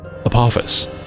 Apophis